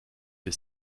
für